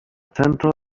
centra